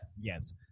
Yes